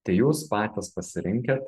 tai jūs patys pasirinkit